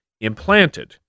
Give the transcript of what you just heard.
implanted